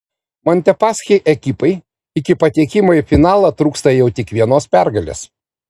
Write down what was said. montepaschi ekipai iki patekimo į finalą trūksta jau tik vienos pergalės